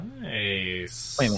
Nice